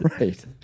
Right